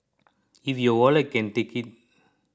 if your wallet can take it